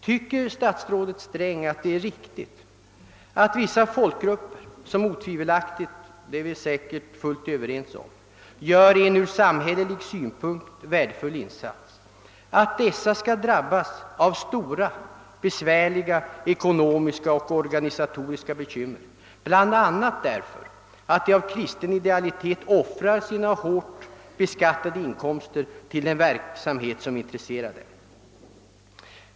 Tycker statsrådet Sträng att det är riktigt att vissa folkgrupper som otvivelaktigt — det är vi säkert fullt överens om — gör en ur samhällelig synpunkt värdefull insats, skall drabbas av stora personliga ekonomiska och organisatoriska bekymmer, bl.a. därför att de av kristen idealitet offrar av sina hårt beskattade inkomster till en verksamhet som intresserar dem?